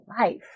life